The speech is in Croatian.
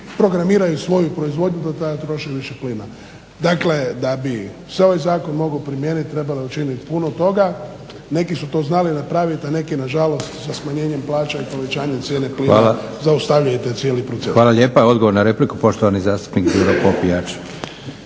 programiraju svoju proizvodnju … troši više plina. Dakle da bi se ovaj zakon mogao primijeniti trebalo je učiniti puno toga. Neki su to znali napraviti, a neki nažalost sa smanjenjem plaća i povećanjem cijene plina zaustavljaju taj cijeli proces. **Leko, Josip (SDP)** Hvala lijepa. Odgovor na repliku poštovani zastupnik Đuro Popijač.